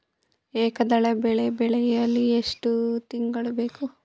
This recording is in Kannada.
ಏಕದಳ ಬೆಳೆ ಬೆಳೆಯಲು ಎಷ್ಟು ತಿಂಗಳು ಬೇಕು?